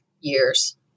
years